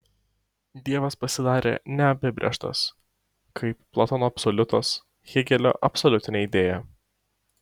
dievas pasidarė neapibrėžtas kaip platono absoliutas hėgelio absoliutinė idėja